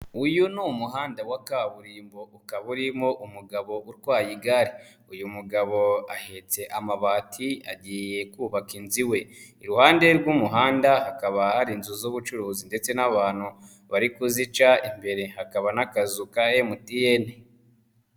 Uyu ni umuhanda wa kaburimbo ukaba urimo umugabo utwaye igare. Uyu mugabo ahetse amabati agiye kubaka inzu iwe. Iruhande rw'umuhanda hakaba hari inzu z'ubucuruzi ndetse n'abantu bari kuzica imbere hakaba n'akazu ka MTN.